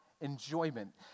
enjoyment